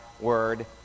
word